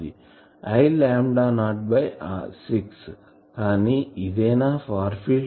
I lambda not by 6 కానీ ఇదేనా far field